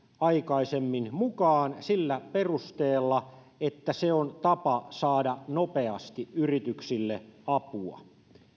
aikaisemmin mukaan sillä perusteella että se on tapa saada nopeasti yrityksille apua